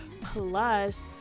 Plus